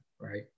right